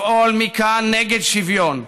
לפעול מכאן נגד שוויון,